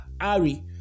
Ari